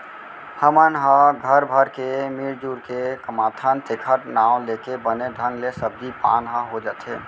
हमन ह घर भर के मिरजुर के कमाथन तेखर नांव लेके बने ढंग ले सब्जी पान ह हो जाथे